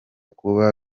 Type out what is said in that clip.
kuba